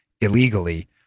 illegally